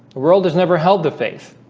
the world has never held the faith.